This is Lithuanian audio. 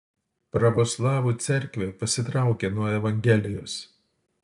pravoslavų cerkvė pasitraukė nuo evangelijos